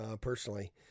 personally